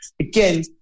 again